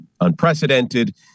unprecedented